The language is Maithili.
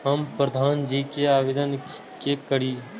हमू प्रधान जी के आवेदन के करी?